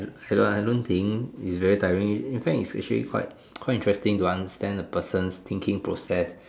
hello I don't think it's very tiring in fact it's actually quite quite interesting to understand a person's thinking process